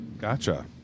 gotcha